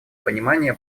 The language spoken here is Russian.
понимания